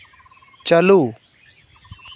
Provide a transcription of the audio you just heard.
ᱪᱟᱹᱞᱩ